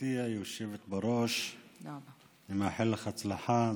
גברתי היושבת בראש, אני מאחל לך הצלחה.